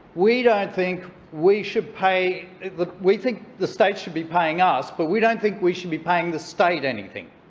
we don't think we should pay the we think the state should be paying us, but we don't think we should be paying the state anything.